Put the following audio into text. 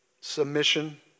submission